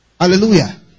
Hallelujah